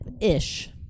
ish